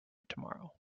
tomorrow